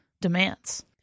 demands